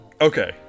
Okay